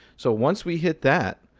so once we hit that,